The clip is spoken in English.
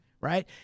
Right